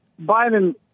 Biden